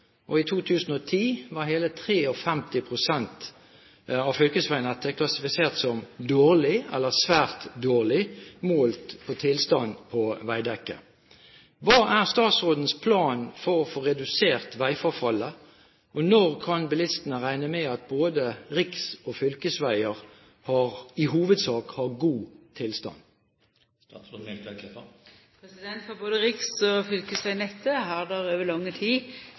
og i 2010 var hele 53 pst. av fylkesveinettet klassifisert som dårlig eller svært dårlig målt på tilstand i veidekket. Hva er statsrådens plan for å få redusert veiforfallet, og når kan bilistene regne med at både riks- og fylkesveier i hovedsak har god tilstand?» For både riks- og fylkesvegnettet har det over lang tid